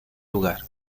lugar